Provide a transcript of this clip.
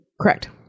Correct